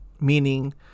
meaning